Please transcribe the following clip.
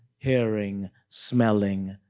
hearing, smelling,